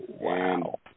Wow